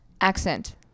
accent